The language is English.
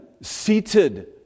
seated